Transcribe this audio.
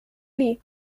lee